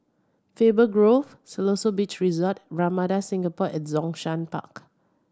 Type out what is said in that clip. Faber Grove Siloso Beach Resort and Ramada Singapore at Zhongshan Park